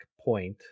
point